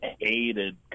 hated